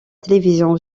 télévision